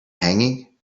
hanging